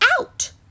out